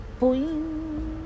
Boing